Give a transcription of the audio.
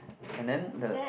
and then the